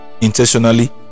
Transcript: intentionally